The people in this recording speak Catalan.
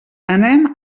anem